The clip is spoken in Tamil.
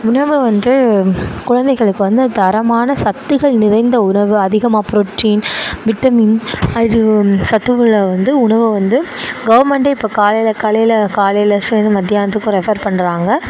உணவை வந்து குழந்தைகளுக்கு வந்து தரமான சக்திகள் நிறைந்த உணவு அதிகமாக புரோட்டின் விட்டமின் அது சத்து உள்ள வந்து உணவை வந்து கவுர்மெண்கிட்டே இப்போ காலையில் காலையில் காலையில் சேர்ந்து மத்தியானத்துக்கும் ரெஃபர் பண்ணுறாங்க